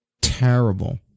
Terrible